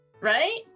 Right